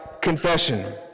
Confession